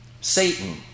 Satan